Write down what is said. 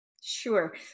Sure